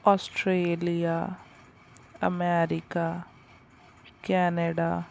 Australia America Canada